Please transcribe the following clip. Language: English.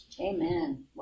Amen